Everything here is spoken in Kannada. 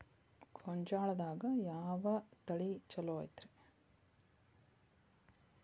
ಗೊಂಜಾಳದಾಗ ಯಾವ ತಳಿ ಛಲೋ ಐತ್ರಿ?